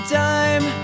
time